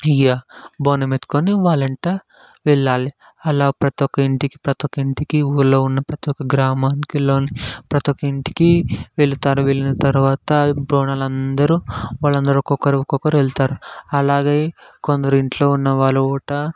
ఇగ బోనం ఎత్తుకుని వాళ్ళంతా వెళ్ళాలి అలా ప్రతి ఒక్క ఇంటికి ప్రతిఒక్క ఇంటికి ఊర్లో ఉన్న ప్రతి ఒక్క గ్రామానికిలోని ప్రతి ఒక్క ఇంటికి వెళ్తారు వెళ్ళిన తర్వాత బోనాలందరూ వాళ్ళందరూ ఒకొక్కరూ ఒకొక్కరూ వెళ్తారు అలాగే కొందరు ఇంట్లో ఉన్న వాళ్ళు కూడా